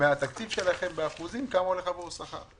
מהתקציב שלכם באחוזים, כמה הולך עבור השכר?